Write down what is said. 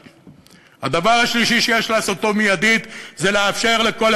הדבר השלישי שיש לעשותו מייד זה לאפשר לכל